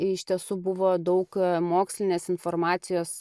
iš tiesų buvo daug mokslinės informacijos